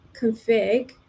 config